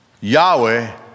Yahweh